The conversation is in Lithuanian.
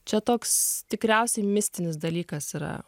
čia toks tikriausiai mistinis dalykas yra